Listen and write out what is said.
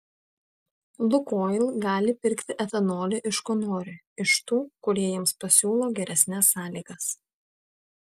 lukoil gali pirkti etanolį iš ko nori iš tų kurie jiems pasiūlo geresnes sąlygas